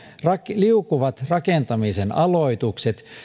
liukuvat rakentamisen aloitukset